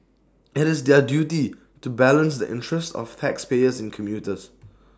IT is their duty to balance the interests of taxpayers and commuters